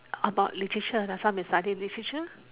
about literature last time you study literature